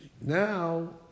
Now